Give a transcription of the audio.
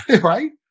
right